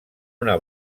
una